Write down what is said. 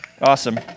Awesome